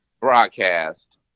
broadcast